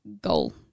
goal